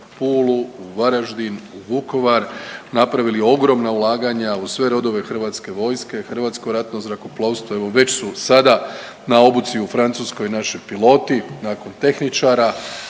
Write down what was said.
Pulu, Varaždin, Vukovar, napravili ogromna ulaganja u sve rodove Hrvatske vojske, Hrvatsko ratno zrakoplovstvo. Evo već su sada na obuci u Francuskoj naši piloti nakon tehničara.